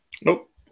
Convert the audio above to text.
Nope